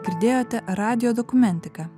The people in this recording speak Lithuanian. girdėjote radijo dokumentika